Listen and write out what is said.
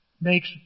makes